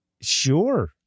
sure